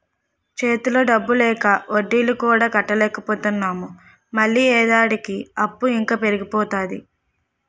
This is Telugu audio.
చేతిలో డబ్బు లేక వడ్డీలు కూడా కట్టలేకపోతున్నాము మళ్ళీ ఏడాదికి అప్పు ఇంకా పెరిగిపోతాది